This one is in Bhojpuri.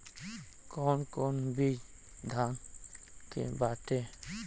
कौन कौन बिज धान के बाटे?